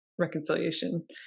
Reconciliation